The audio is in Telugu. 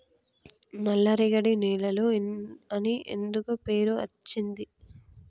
నల్లరేగడి నేలలు అని ఎందుకు పేరు అచ్చింది?